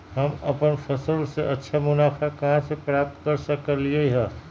हम अपन फसल से अच्छा मुनाफा कहाँ से प्राप्त कर सकलियै ह?